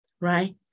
right